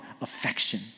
affection